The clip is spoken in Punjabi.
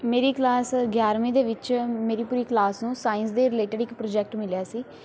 ਮੇਰੀ ਕਲਾਸ ਗਿਆਰ੍ਹਵੀਂ ਦੇ ਵਿੱਚ ਮੇਰੀ ਪੂਰੀ ਕਲਾਸ ਨੂੰ ਸਾਇੰਸ ਦੇ ਰਿਲੇਟਿਡ ਇੱਕ ਪ੍ਰੋਜੈਕਟ ਮਿਲਿਆ ਸੀ